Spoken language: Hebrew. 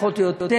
פחות או יותר,